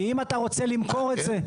כי אם אתה רוצה למכור את זה,